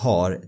Har